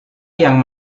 yang